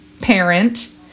parent